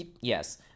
Yes